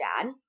dad